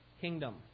kingdom